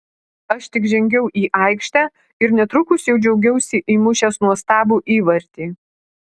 aš tik žengiau į aikštę ir netrukus jau džiaugiausi įmušęs nuostabų įvartį